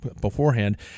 beforehand